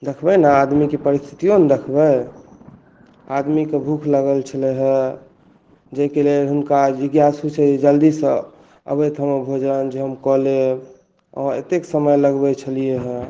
देखबै ने आदमीके परिस्थितिओ ने देखबै आदमीके भूख लागल छलै हँ जेकि लेल हुनका जिज्ञासु छै जे जल्दीसँ अबै तऽ हमर भोजन जे हम कऽ लेब अहाँ एतेक समय लगबै छलिए हँ